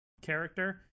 character